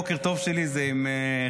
אז תמיד הבוקר טוב שלי זה עם חיים.